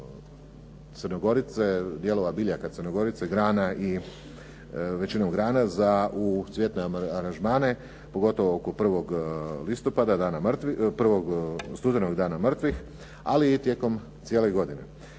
dijelova biljaka crnogorice, grana i većinu grana za cvjetne aranžmane pogotovo oko 1. studenoga Dana mrtvih, ali i tijekom cijele godine.